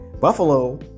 Buffalo